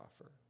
offer